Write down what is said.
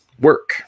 work